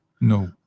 No